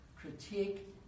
critique